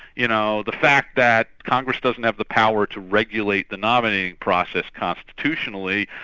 you know, the fact that congress doesn't have the power to regulate the nominating process constitutionally,